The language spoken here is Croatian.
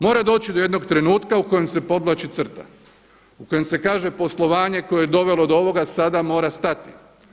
Mora doći do jednog trenutka u kojem se podvlači crta u kojem se kaže poslovanje koje je dovelo do ovoga sada mora stati.